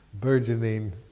burgeoning